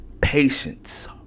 Patience